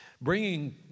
Bringing